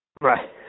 Right